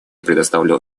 предоставляю